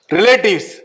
Relatives